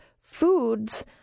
foods